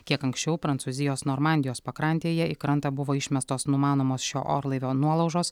kiek anksčiau prancūzijos normandijos pakrantėje į krantą buvo išmestos numanomos šio orlaivio nuolaužos